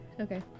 Okay